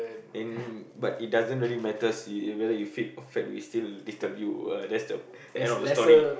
in but it doesn't really matters you whether you fit or fat we still disturb you uh that's the end of the story